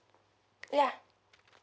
ya